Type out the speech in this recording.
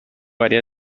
área